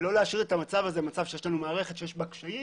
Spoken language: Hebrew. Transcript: ולא להשאיר את המצב שיש לנו מערכת שיש בה קשיים